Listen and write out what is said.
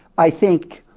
i think,